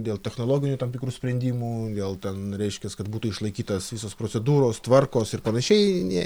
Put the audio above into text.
dėl technologinių tam tikrų sprendimų gal ten reiškias kad būtų išlaikytos visos procedūros tvarkos ir panašiai nė